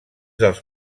dels